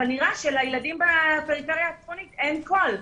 אבל נראה שלילדים בפריפריה הצפונית אין קול.